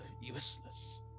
useless